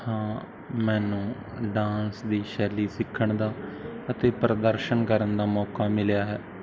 ਹਾਂ ਮੈਂਨੂੰ ਡਾਂਸ ਦੀ ਸ਼ੈਲੀ ਸਿੱਖਣ ਦਾ ਅਤੇ ਪ੍ਰਦਰਸ਼ਨ ਕਰਨ ਦਾ ਮੌਕਾ ਮਿਲਿਆ ਹੈ